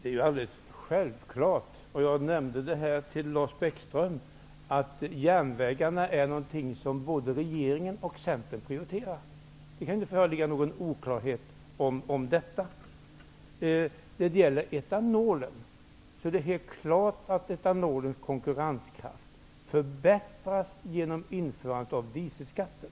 Fru talman! Som jag sade till Lars Bäckström är järnvägarna självklart någonting som både regeringen och Centern prioriterar. Det kan inte föreligga någon oklarhet om detta. Det är också givet att etanolens konkurrenskraft förbättras genom införande av dieselskatten.